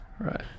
right